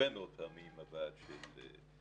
בוודאי שלא.